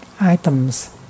items